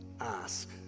ask